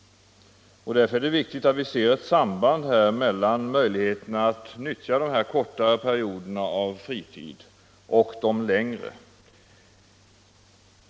Därför är det viktigt att se ett samband mellan möjligheterna att utnyttja kortare och längre perioder av fritid.